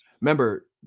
remember